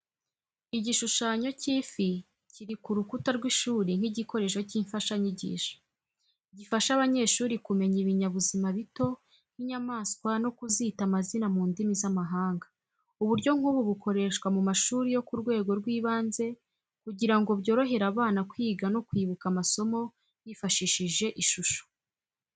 Igishushanyo cy'ifi kiri ku rukuta rw’ishuri nk’igikoresho cy’imfashanyigisho. Gifasha abanyeshuri kumenya ibinyabuzima bito nk’inyamaswa no kuzita amazina mu ndimi z’amahanga. Uburyo nk’ubu bukoreshwa mu mashuri yo ku rwego rw’ibanze kugira ngo byorohere abana kwiga no kwibuka amasomo bifashishije ishusho.